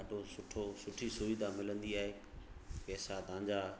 ॾाढो सुठो सुठी सुविधा मिलंदी आहे पैसा तव्हांजा